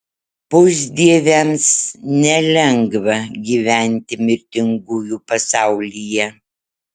pusdieviams nelengva gyventi mirtingųjų pasaulyje